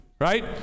Right